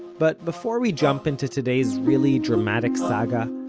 but before we jump into today's really dramatic saga,